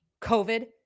COVID